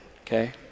okay